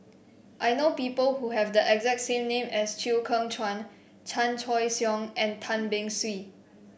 I know people who have the exact same name as Chew Kheng Chuan Chan Choy Siong and Tan Beng Swee